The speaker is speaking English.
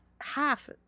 half